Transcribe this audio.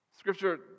Scripture